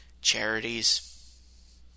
Charities